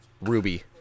ruby